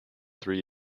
three